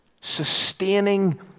Sustaining